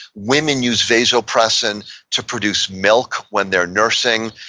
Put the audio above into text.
women use vasopressin to produce milk when they're nursing,